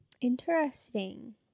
interesting